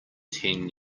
ten